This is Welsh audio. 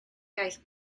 iaith